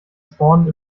spawnen